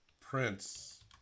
Prince